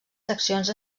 seccions